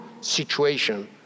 situation